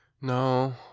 no